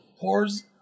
pours